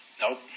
Nope